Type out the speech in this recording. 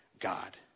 God